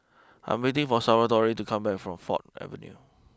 I am waiting for Salvatore to come back from Ford Avenue